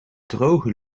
droge